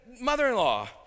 mother-in-law